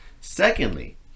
secondly